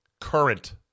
current